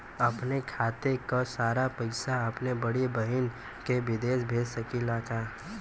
अपने खाते क सारा पैसा अपने बड़ी बहिन के विदेश भेज सकीला का?